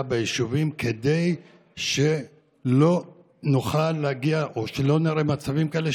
ביישובים כדי שלא נראה מצבים כאלה,